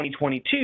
2022